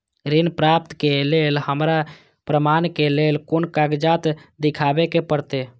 ऋण प्राप्त के लेल हमरा प्रमाण के लेल कुन कागजात दिखाबे के परते?